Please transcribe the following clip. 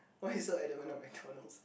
why you so adamant on McDonald's